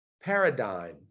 paradigm